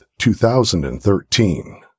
2013